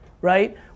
right